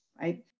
right